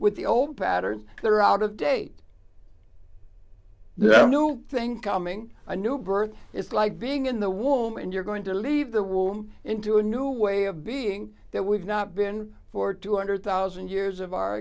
with the old patterns they're out of date the new thing coming and new birth it's like being in the womb and you're going to leave the womb into a new way of being that we've not been for two hundred thousand years of our